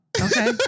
Okay